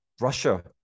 Russia